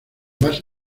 base